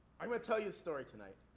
i'm gonna tell you a story tonight.